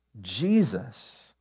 jesus